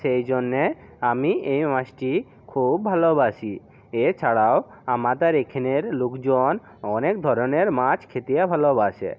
সেই জন্য আমি এই মাছটি খুব ভালোবাসি এছাড়াও আমাদের এখানের লোকজন অনেক ধরনের মাছ খেতে ভালোবাসে